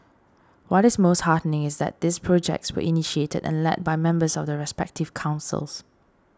what is most heartening is that these projects were initiated and led by members of the respective councils